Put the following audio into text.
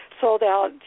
sold-out